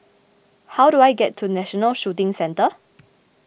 how do I get to National Shooting Centre